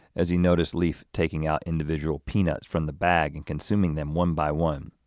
as you notice leaf taking out individual peanuts from the bag and consuming them one by one.